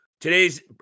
Today's